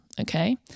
Okay